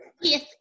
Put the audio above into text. Yes